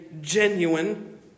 genuine